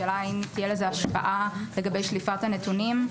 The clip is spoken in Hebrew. השאלה אם תהיה לזה השפעה לגבי שליפת הנתונים?